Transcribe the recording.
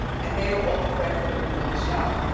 and they are all the friends that are gonna be on the show.